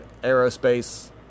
Aerospace